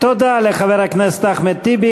תודה לחבר הכנסת אחמד טיבי.